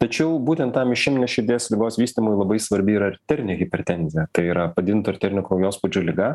tačiau būtent tam išeminės širdies ligos vystymui labai svarbi yra arterinė hipertenzija tai yra padidinto arterinio kraujospūdžio liga